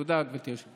תודה, גברתי.